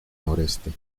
noreste